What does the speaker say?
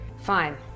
Fine